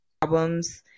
problems